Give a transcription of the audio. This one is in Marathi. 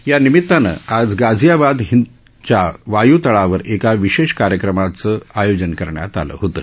या निमितानं आज गाझियाबाद हिंदच्या या वाय्तळावर एका विशेष कार्यक्रमाचं सकाळी आयोजन करण्यात आनं होतं